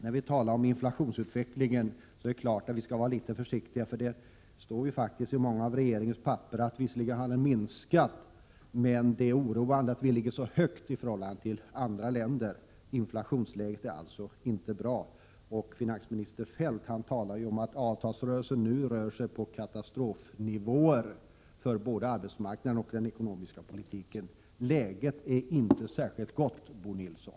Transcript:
När vi talar om inflationsutvecklingen skall vi vara litet försiktiga. Det står i många av regeringens papper att den visserligen har minskat, men det är oroande att vi ligger så högt i förhållande till andra länder. Inflationsläget är alltså inte bra, och finansminister Feldt talar också om att avtalsrörelsen nu rör sig på katastrofnivåer för både arbetsmarknaden och den ekonomiska politiken. Läget är inte särskilt gott, Bo Nilsson.